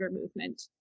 movement